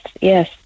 yes